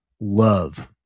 love